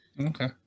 Okay